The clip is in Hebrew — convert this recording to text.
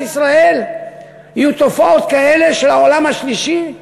ישראל יהיו תופעות כאלה של העולם השלישי?